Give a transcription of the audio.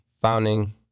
Founding